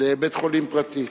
לבית-חולים פרטי?